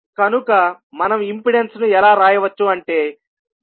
కనుక మనం ఇంపెడెన్స్ ను ఎలా రాయవచ్చు అంటే ZsVI